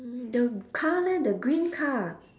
the car leh the green car